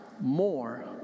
more